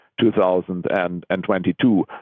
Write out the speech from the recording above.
2022